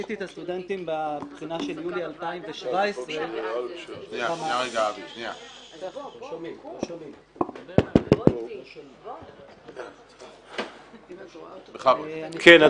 ליוויתי את הסטודנטים בבחינה של יולי 2017. כן,